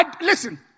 Listen